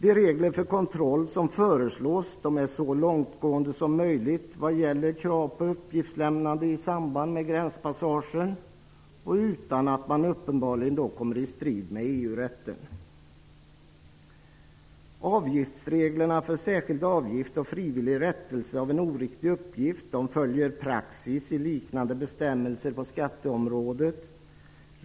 De föreslagna reglerna för kontroll är så långtgående som möjligt vad gäller krav på uppgiftslämnande i samband med gränspassagen utan att man uppenbarligen skall komma i strid med EU Reglerna för särskild avgift och frivillig rättelse av en oriktig uppgift följer praxis i liknande bestämmelser på skatteområdet.